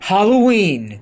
Halloween